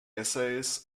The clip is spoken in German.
essays